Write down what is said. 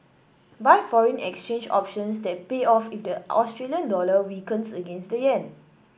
buy foreign exchange options that pay off if the Australian dollar weakens against the yen